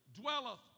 dwelleth